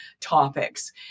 topics